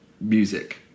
music